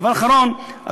דבר אחרון,